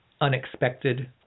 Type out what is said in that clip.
unexpected